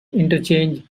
interchange